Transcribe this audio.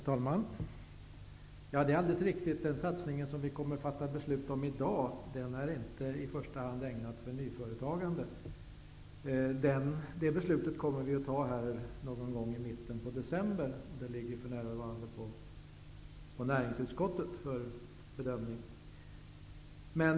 Herr talman! Det är alldeles riktigt att den satsning som vi kommer att fatta beslut om i dag inte i första hand är ägnad för nyföretagande. Ett beslut som rör detta kommer att fattas någon gång i mitten av december. Förslaget ligger för närvarande hos näringsutskottet för bedömning.